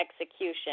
execution